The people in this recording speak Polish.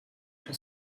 się